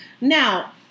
Now